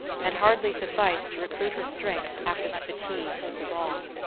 had hardly sufficed to recruit her strength after the fatigues of the ball.